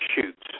shoots